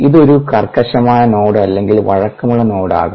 ഇത് ഒരു കർക്കശമായ നോഡ് അല്ലെങ്കിൽ വഴക്കമുള്ള നോഡ് ആകാം